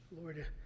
Lord